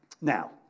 now